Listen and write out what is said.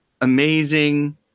amazing